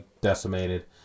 decimated